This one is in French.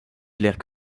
clairs